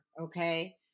Okay